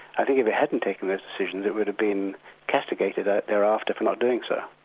i think if it hadn't taken those decisions, it would have been castigated ah thereafter for not doing so.